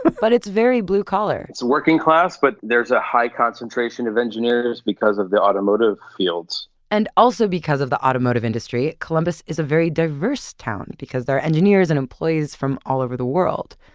but it's very blue-collar. it's working-class but there's a high concentration of engineers because of the automotive fields. and also because of the automotive industry, columbus is a very diverse town because they're engineers and employees from all over the world.